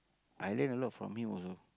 I learnt a lot from him also